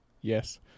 Yes